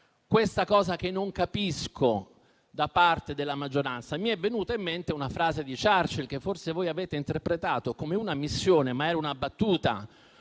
questa cosa che non capisco da parte della maggioranza, mi è venuta in mente una frase di Churchill che forse voi avete interpretato come una ammissione, ma era una battuta.